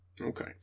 Okay